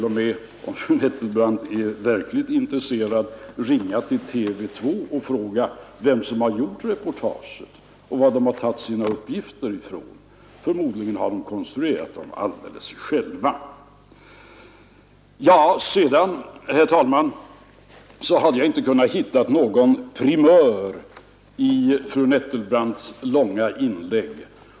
Om fru Nettelbrandt är verkligt intresserad kan hon till och med ringa till TV 2 och fråga vilka som har gjort reportaget och varifrån de har tagit sina uppgifter; förmodligen har de konstruerat dem alldeles själva. Sedan, herr talman, har jag inte kunnat hitta någon primör i fru Nettelbrandts långa inlägg.